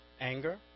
anger